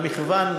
מכיוון,